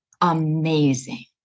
amazing